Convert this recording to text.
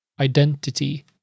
identity